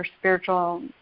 spiritual